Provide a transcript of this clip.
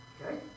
Okay